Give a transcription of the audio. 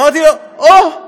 אמרתי לו: או,